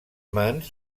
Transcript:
mans